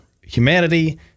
humanity